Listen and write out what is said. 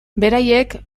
beraiek